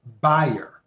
buyer